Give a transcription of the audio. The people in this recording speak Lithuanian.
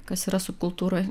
kas yra subkultūroj